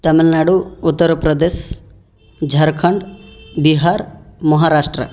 Tamil Nadu Uttar Pradesh Jharkhand Bihar Maharashtra